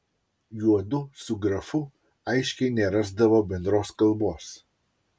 juodu su grafu aiškiai nerasdavo bendros kalbos